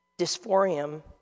dysphoria